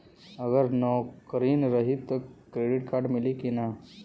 अगर नौकरीन रही त क्रेडिट कार्ड मिली कि ना?